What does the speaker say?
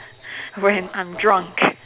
when I'm drunk